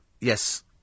yes